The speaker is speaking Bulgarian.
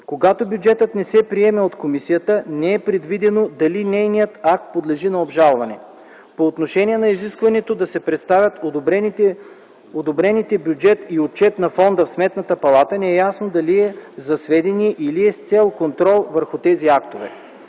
Когато бюджетът не се приеме от комисията, не е предвидено дали нейният акт подлежи на обжалване. По отношение на изискването да се представят одобрените бюджети и отчет на Фонда в Сметната палата не е ясно дали е за сведение или е с цел контрол върху тези актове.